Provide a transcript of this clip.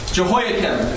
Jehoiakim